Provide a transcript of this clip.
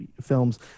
films